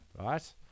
Right